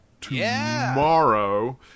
tomorrow